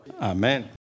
Amen